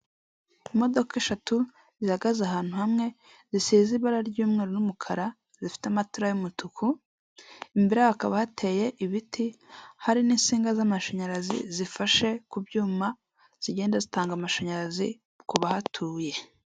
Imodoka eshatu zihagaze ahantu hamwe zisize ibara ry'umweru n'umukara zifite amatara y'umutuku, imbere yaho hakaba hateye ibiti hari n'isinga z'amashanyarazi zifashe ku byuma, zigenda zitanga amashanyarazi ku bahatuye.